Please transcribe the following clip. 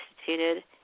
instituted